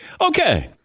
Okay